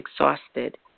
exhausted